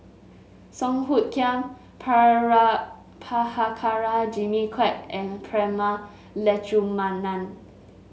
Song Hoot Kiam Prabhakara Jimmy Quek and Prema Letchumanan